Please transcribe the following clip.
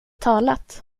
talat